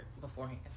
beforehand